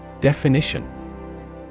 Definition